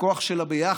לכוח של הביחד,